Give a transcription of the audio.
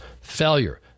failure